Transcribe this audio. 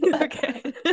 okay